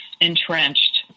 entrenched